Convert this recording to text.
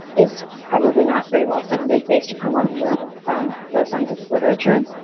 is probably not very well-founded based upon what we know from the scientific literature.